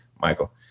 Michael